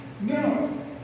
No